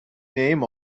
name